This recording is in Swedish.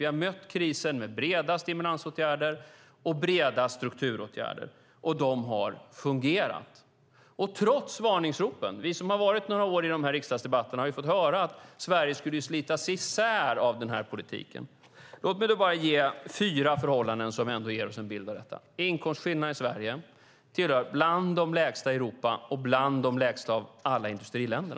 Vi har mött krisen med breda stimulansåtgärder och breda strukturåtgärder, och de har fungerat, trots varningsropen. Vi som har varit med några år i riksdagsdebatterna har ju fått höra att Sverige skulle slitas isär av den här politiken. Låt mig då bara nämna fyra förhållanden som ger oss en bild av detta. Inkomstskillnaderna i Sverige är bland de lägsta i Europa och bland de lägsta av alla industriländer.